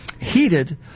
heated